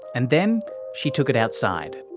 and then she took it outside.